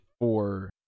for-